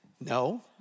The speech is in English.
no